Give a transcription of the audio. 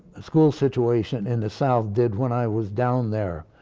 school situation in the south did when i was down there.